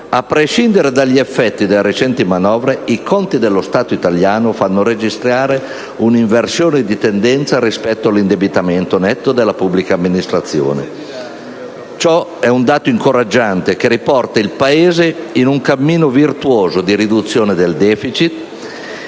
a prescindere dagli effetti delle recenti manovre, i conti dello Stato italiano fanno registrare una inversione di tendenza rispetto all'indebitamento netto della pubblica amministrazione. Ciò è un dato incoraggiante che riporta il Paese su un cammino virtuoso di riduzione del *deficit*